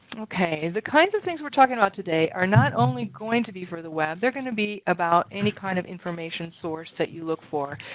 the kinds of things we're talking about today are not only going to be for the web, they're going to be about any kind of information source that you look for.